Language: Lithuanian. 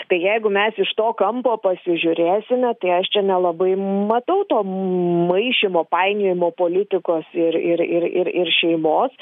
tai jeigu mes iš to kampo pasižiūrėsime tai aš čia nelabai matau to maišymo painiojimo politikos ir ir ir ir šeimos